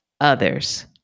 others